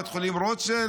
בית חולים רוטשילד,